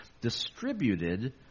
distributed